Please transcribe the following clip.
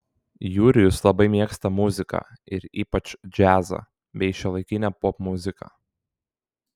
jurijus labai mėgsta muziką ir ypač džiazą bei šiuolaikinę popmuziką